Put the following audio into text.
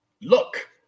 look